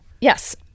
Yes